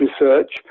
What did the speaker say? research